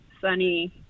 sunny